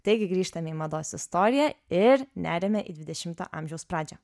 taigi grįžtame į mados istoriją ir neriame į dvidešimo amžiaus pradžią